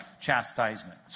chastisement